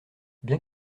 bien